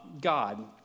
God